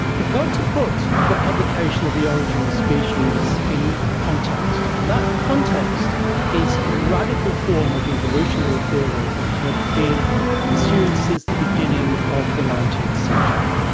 you've got to put the publication of the origin of species in context, and that context is a radical form of evolutionary theory that had been pursued since the beginning of the nineteenth century.